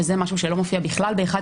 שזה משהו שלא מופיע בכלל ב-1,